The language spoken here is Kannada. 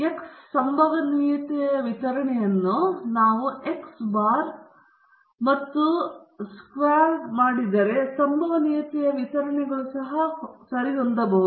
X ಸಂಭವನೀಯತೆಯ ವಿತರಣೆಯನ್ನು X ಬಾರ್ ಮತ್ತು ಸ್ಕ್ಯಾರ್ಡ್ ಮಾಡಿದರೆ ಸಂಭವನೀಯತೆಯ ವಿತರಣೆಗಳು ಸಹ ಅವರೊಂದಿಗೆ ಸರಿಹೊಂದಬಹುದು